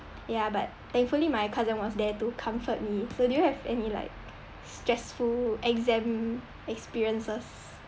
ya but thankfully my cousin was there to comfort me so do you have any like stressful exam experiences